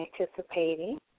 anticipating